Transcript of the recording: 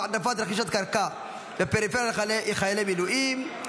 העדפת רכישת קרקע בפריפריה לחיילי מילואים),